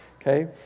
okay